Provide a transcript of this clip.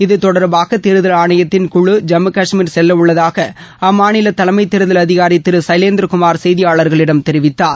இது தொடர்பாக தேர்தல் ஆணையத்தின் குழு ஜம்மு கஷ்மீர் செல்லவுள்ளதாக அம்மாநில தலைமை தேர்தல் அதிகாரி திரு சைலேந்திரகுமார் செய்தியாளர்களிடம் தெரிவித்தார்